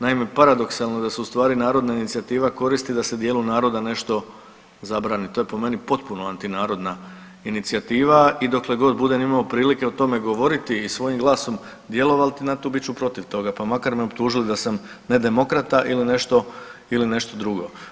Naime, paradoksalno je da se ustvari narodna inicijativa koristi da se dijelu naroda nešto zabrani, to je po meni potpuno antinarodna inicijativa i dokle god budem imao prilike o tome govoriti i svojim glasom djelovati na to bit ću protiv toga, pa makar me optužili da sam ne demokrata ili nešto drugo.